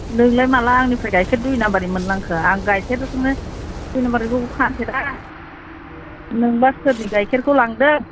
नोंलाय माला आंनिफ्राय गाइखेर दुय नामबारि मोनलांखो आं गाइखेरखौनो दुय नामबारिखौनो फानफेरा नोंबा सोरनि गाइखेरखौ लांदों